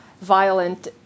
violent